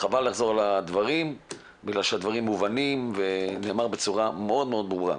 חבל לחזור על הדברים כיוון שהם מובנים ונאמרו בצורה מאוד ברורה.